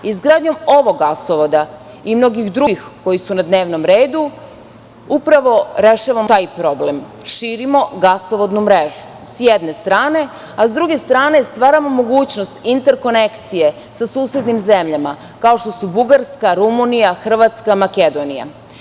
Izgradnjom ovog gasovoda i mnogih drugih koji su na dnevnom redu upravo rešavamo taj problem, širimo gasovodnu mrežu, s jedne strane a s druge strane stvaramo mogućnost interkonekcije sa susednim zemljama kao što su Bugarska, Rumunija, Hrvatska, Makedonija.